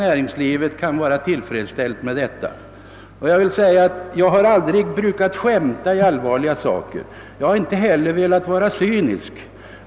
Näringslivet kan helt enkelt inte vara tillfredsställt med en sådan ordning. Jag har aldrig velat skämta med allvarliga saker och jag har heller inte velat vara cynisk.